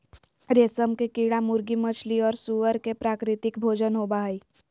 रेशम के कीड़ा मुर्गी, मछली और सूअर के प्राकृतिक भोजन होबा हइ